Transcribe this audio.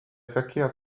verkehr